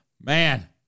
Man